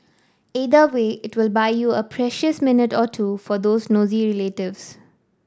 either way it will buy you a precious minute or two for those nosy relatives